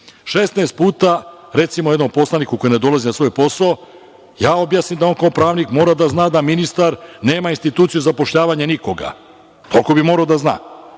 16 puta ja objasnim jednom poslaniku koji ne dolazi na svoj posao, ja objasnim da on kao pravnik mora da zna da ministar nema instituciju zapošljavanja nikoga, toliko bi morao da zna.